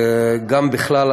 וגם בכלל,